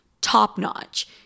top-notch